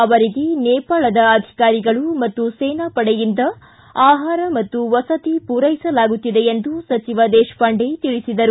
ಅವರಿಗೆ ನೇಪಾಳದ ಅಧಿಕಾರಿಗಳು ಮತ್ತು ಸೇನಾ ಪಡೆಯಿಂದ ಆಹಾರ ಮತ್ತು ವಸತಿ ಪೂರೈಸಲಾಗುತ್ತಿದೆ ಎಂದು ಸಚಿವ ದೇಶಪಾಂಡೆ ಹೇಳಿದರು